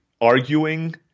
arguing